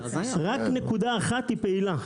רק נקודה אחת היא פעילה,